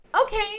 Okay